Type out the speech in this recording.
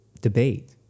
debate